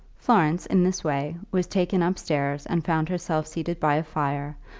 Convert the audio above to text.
florence, in this way, was taken upstairs and found herself seated by a fire,